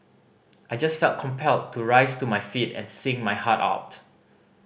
I just felt compelled to rise to my feet and sing my heart out